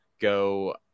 go –